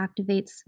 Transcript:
activates